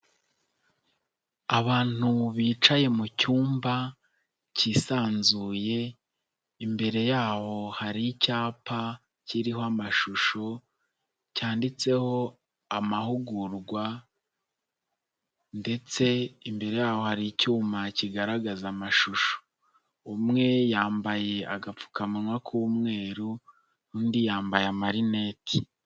Abantu bicaye mu cyumba cyisanzuye, imbere yabo hari icyapa kiriho amashusho cyanditseho amahugurwa ndetse imbere yaho hari icyuma kigaragaza amashusho, umwe yambaye agapfukamunwa k'umweru undi yambaye amarineti.